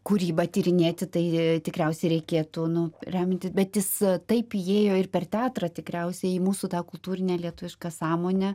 kūrybą tyrinėti tai tikriausiai reikėtų nu remti bet jis taip įėjo ir per teatrą tikriausiai į mūsų tą kultūrinę lietuvišką sąmonę